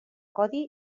codi